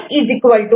C A